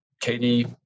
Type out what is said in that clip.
Katie